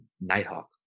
Nighthawk